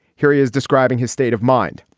here he is describing his state of mind.